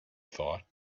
thought